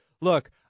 look